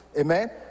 Amen